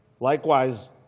likewise